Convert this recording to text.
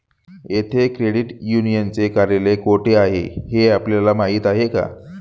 येथे क्रेडिट युनियनचे कार्यालय कोठे आहे हे आपल्याला माहित आहे का?